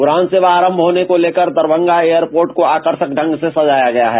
उड़ान सेवा आरंभ होने को लेकर दरभंगा एयरपोर्ट को आकर्षक ढंग से सजाया गया है